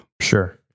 Sure